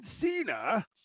Cena